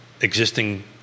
existing